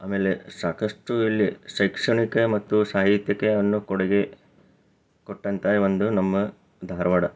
ಆಮೇಲೆ ಸಾಕಷ್ಟು ಇಲ್ಲಿ ಶೈಕ್ಷಣಿಕ ಮತ್ತು ಸಾಹಿತ್ಯಕವನ್ನು ಕೊಡುಗೆ ಕೊಟ್ಟಂಥ ಈವೊಂದು ನಮ್ಮ ಧಾರವಾಡ